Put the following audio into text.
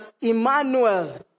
Emmanuel